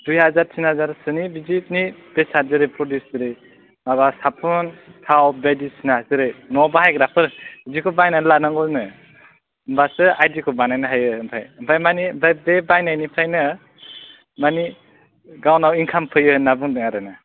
दुइ हाजार थिन हाजारसोनि बिदिनि बेसाद जेरै माबा साफुन थाव बायदिसिना जेरै न'आव बाहायग्राफोर बिदिखौ बायनानै लानांगौ नो होनबासो आयदिखौ बानायनो हायो ओमफाय ओमफाय मानि ओमफ्राय बे बायनामनिफ्रायनो मानि गावनाव इनकाम फैयो होनना बुंदों आरो ना